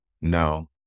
No